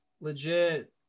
Legit